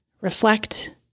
reflect